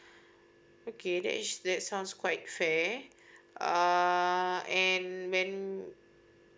okay that is that sounds quite fair err and when